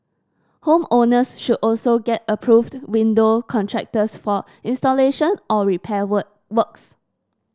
home owners should also get approved window contractors for installation or repair work works